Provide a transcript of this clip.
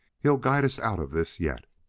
he'll guide us out of this yet!